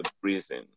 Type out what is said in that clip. prison